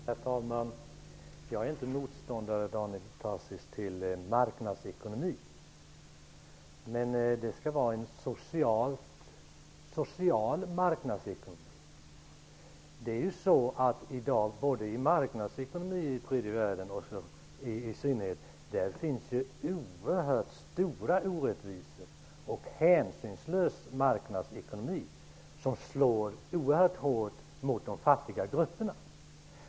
Herr talman! Jag är inte motståndare till marknadsekonomi, Daniel Tarschys. Men det skall vara en social marknadsekonomi. I dag är det så att det både i marknadsekonomier och i synnerhet i tredje världen finns stora orättvisor och en hänsynslös marknadsekonomi som slår hårt mot de fattiga grupperna.